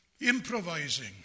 improvising